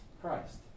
Christ